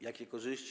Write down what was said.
Jakie korzyści?